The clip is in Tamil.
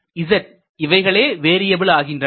z இவைகளே வேரியபிலகின்றன